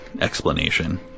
explanation